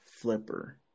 flipper